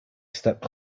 stepped